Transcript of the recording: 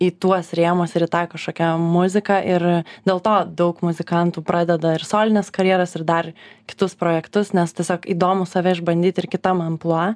į tuos rėmus ir į tą kažkokią muziką ir dėl to daug muzikantų pradeda ir solines karjeras ir dar kitus projektus nes tiesiog įdomu save išbandyt ir kitam amplua